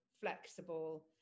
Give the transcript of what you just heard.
flexible